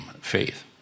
faith